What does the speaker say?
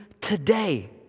today